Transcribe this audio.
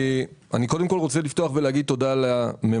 אני קודם כול רוצה לפתוח ולהגיד תודה לממונה